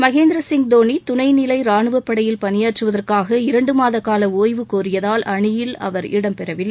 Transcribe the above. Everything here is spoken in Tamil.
மகேந்திர சிங் தோனி துணை நிலை ரானுவப்படையில் பணியாற்றுவதற்காக இரண்டு மாத கால ஒய்வு கோரியதால் அணியில் அவர் இடம்பெறவில்லை